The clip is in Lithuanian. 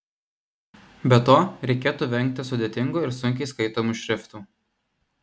be to reikėtų vengti sudėtingų ir sunkiai skaitomų šriftų